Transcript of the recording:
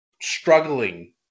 struggling